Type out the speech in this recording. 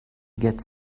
gets